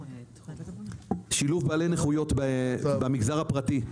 מוגבלויות במגזר הפרטי.